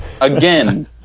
Again